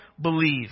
believe